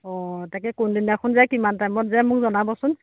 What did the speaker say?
অ' তাকে কোনদিনাখন যায় কিমান টাইমত যায় মোক জনাবচোন